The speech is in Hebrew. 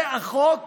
זה החוק